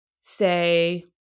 say